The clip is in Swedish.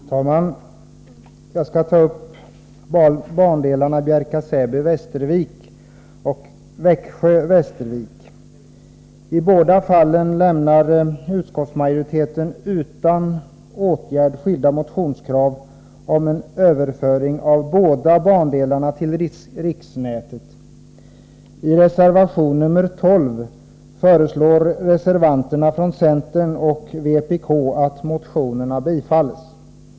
Herr talman! Jag skall ta upp frågan om bandelarna Bjärka/Säby Västervik och Växjö-Västervik. I båda fallen lämnar utskottsmajoriteten utan åtgärd skilda motionskrav om en överföring av de båda bandelarna till riksnätet. I reservation nr 12 föreslår reservanterna från centern och vpk att motionerna skall bifallas.